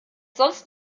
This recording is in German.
sonst